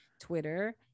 twitter